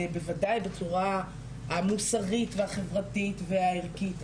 בוודאי בצורה המוסרית והחברתית והערכית,